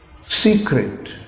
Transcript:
secret